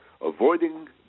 Avoiding